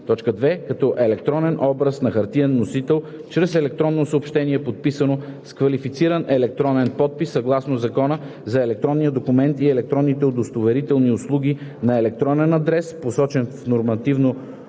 или 2. като електронен образ на хартиения носител чрез електронно съобщение, подписано с квалифициран електронен подпис, съгласно Закона за електронния документ и електронните удостоверителни услуги, на електронен адрес, посочен в нормативно уреден